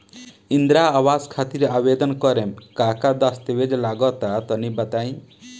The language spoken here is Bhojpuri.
इंद्रा आवास खातिर आवेदन करेम का का दास्तावेज लगा तऽ तनि बता?